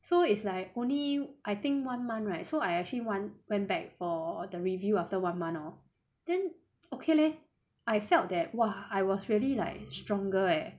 so is like only I think one month right so I actually want went back for the review after one month hor then okay leh I felt that !wah! I was really like stronger eh